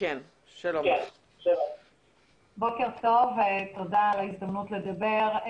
בוקר טוב ותודה על ההזדמנות לדבר.